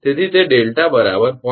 તેથી તે 𝛿 0